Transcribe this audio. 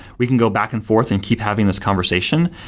we can go back and forth and keep having this conversation,